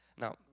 Now